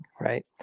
right